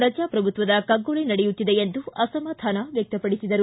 ಪ್ರಜಾಪ್ರಭುತ್ವದ ಕಗ್ಗೊಲೆ ನಡೆಯುತ್ತಿದೆ ಎಂದು ಅಸಮಾಧಾನ ವ್ಯಕ್ತಪಡಿಸಿದರು